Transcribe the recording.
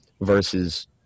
versus